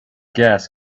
gas